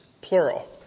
Plural